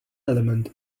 element